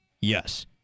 Yes